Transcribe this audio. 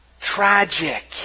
Tragic